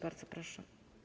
Bardzo proszę.